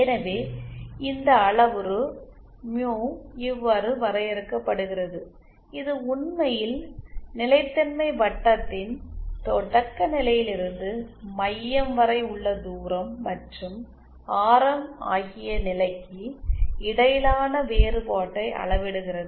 எனவே இந்த அளவுரு மியூImu இவ்வாறு வரையறுக்கப்படுகிறது இது உண்மையில் நிலைத்தன்மை வட்டத்தின் தொடக்கநிலையிலிருந்து மையம் வரை உள்ள தூரம் மற்றும் ஆரம் ஆகிய நிலைக்கு இடையிலான வேறுபாட்டை அளவிடுகிறது